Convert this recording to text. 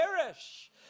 perish